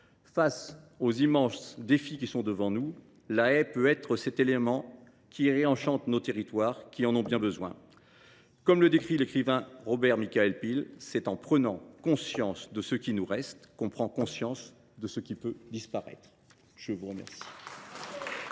Face aux immenses défis qui se présentent, la haie peut être cet élément qui réenchante nos territoires, lesquels en ont bien besoin. Comme l’écrit l’écrivain Robert Michael Pyle, c’est en prenant conscience de ce qui nous reste qu’on prend conscience de ce qui peut disparaître. C’est vrai